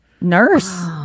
nurse